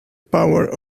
power